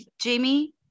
Jamie